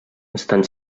estan